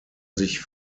sich